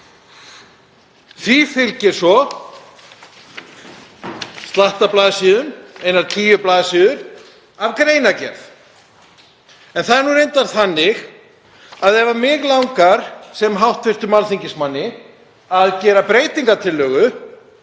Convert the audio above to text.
Því fylgir svo slatti af blaðsíðum, einar tíu blaðsíður, sem eru greinargerð. En það er nú reyndar þannig að ef mig langar sem hv. alþingismann að gera breytingartillögu